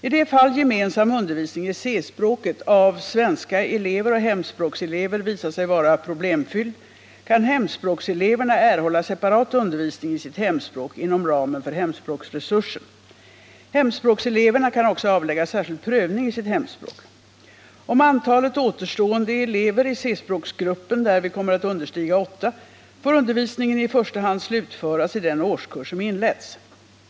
I det fall gemensam undervisning i C-språket av svenska elever och hemspråkselever visar sig vara problemfylld, kan hemspråkseleverna erhålla separat undervisning i sitt hemspråk inom ramen för hemspråksresursen. Hemspråkseleverna kan också avlägga särskild prövning i sitt hemspråk. Om antalet återstående elever i C-språksgruppen därvid kommer att understiga åtta, får undervisningen i första hand slutföras i den årskurs som inletts.